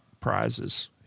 prizes